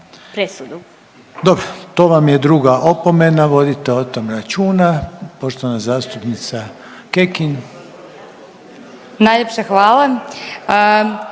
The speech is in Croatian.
Dobro, to vam je druga opomena vodite o tom računa. Poštovana zastupnica Kekin. **Kekin, Ivana